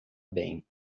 bem